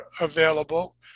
available